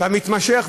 והמתמשך,